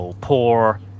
poor